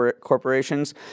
corporations